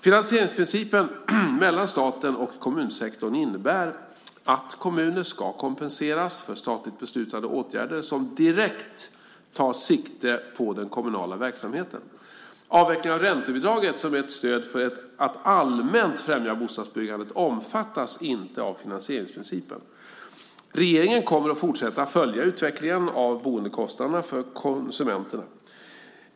Finansieringsprincipen mellan staten och kommunsektorn innebär att kommuner ska kompenseras för statligt beslutade åtgärder som direkt tar sikte på den kommunala verksamheten. Avvecklingen av räntebidraget, som är ett stöd för att allmänt främja bostadsbyggandet, omfattas inte av finansieringsprincipen. Regeringen kommer att fortsätta att följa utvecklingen av boendekostnaderna för konsumenten.